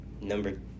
Number